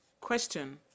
question